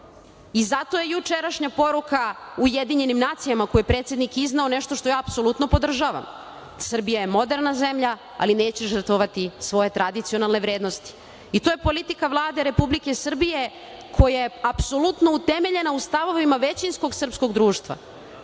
i zato je jučerašnja poruka UN, koju je predsednik izneo, nešto što ja apsolutno podržavam. Srbija je moderna zemlja, ali neće žrtvovati svoje tradicionalne vrednosti. To je politika Vlade Republike Srbije koja je apsolutno utemeljena stavovima većinskog srpskog društva.